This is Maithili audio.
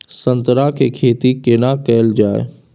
संतरा के खेती केना कैल जाय?